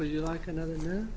would you like another